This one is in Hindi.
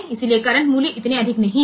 इसलिए करंटमूल्य इतने अधिक नहीं हैं